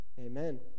Amen